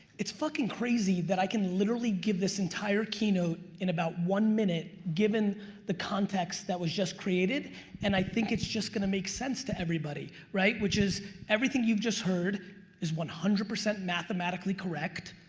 it's fuckin' crazy that i can literally give this entire keynote in about one minute, given the context that was just created and i think it's just gonna make sense to everybody, right? which is everything you've just heard is one hundred percent mathematically correct.